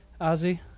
Ozzy